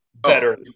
better